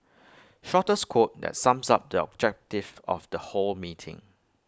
shortest quote that sums up the objective of the whole meeting